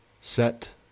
set